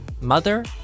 mother